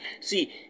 see